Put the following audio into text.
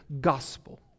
gospel